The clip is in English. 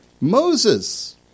Moses